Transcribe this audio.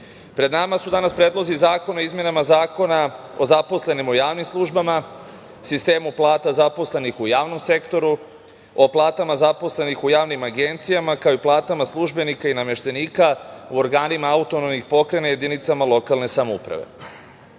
nama su danas Predlozi zakona o izmenama Zakona o zaposlenima u javnim službama, sistemu plata zaposlenih u javnom sektoru, o platama zaposlenih u javnim agencijama, kao i platama službenika i nameštenika u organima autonomnih pokrajina i jedinicama lokalne samouprave. Ono